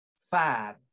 five